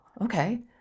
okay